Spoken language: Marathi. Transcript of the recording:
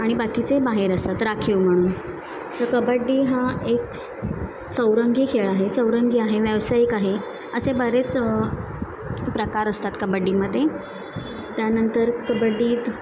आणि बाकीचे बाहेर असतात राखीव म्हणून तर कबड्डी हा एक चौरंगी खेळ आहे चौरंगी आहे व्यावसायिक आहे असे बरेच प्रकार असतात कबड्डीमध्ये त्यानंतर कबड्डीत